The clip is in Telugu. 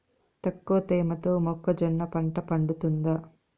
తక్కువ తేమతో మొక్కజొన్న పంట పండుతుందా?